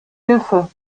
hilfe